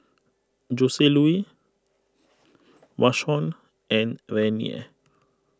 Joseluis Vashon and Renea